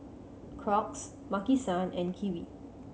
Crocs Maki San and Kiwi